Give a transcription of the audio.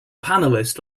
panelist